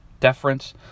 deference